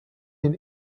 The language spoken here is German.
den